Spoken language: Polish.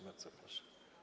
Bardzo proszę.